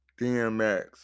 DMX